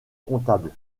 comptable